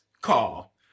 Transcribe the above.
call